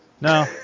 No